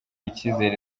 icyizere